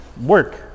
work